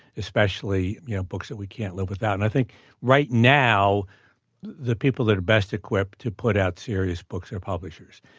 especially you know books that we can't live without. and i think right now the people that are best equipped to put out serious books are publishers.